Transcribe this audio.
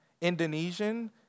Indonesian